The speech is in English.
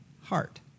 heart